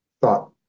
thought